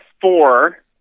four